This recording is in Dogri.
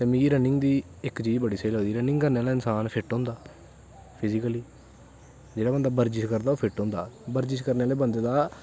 ते मिगी रनिंग दी इक चीज़ बड़ी स्हेई लगदी रनिंग करनैं कन्नै इंसान फिट्ट होंदा फिजीकली जेह्ड़ा बंदा बर्जिश करदा ओह् फिट होंदा बर्जिश करनै नै बंदे दा